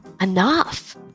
enough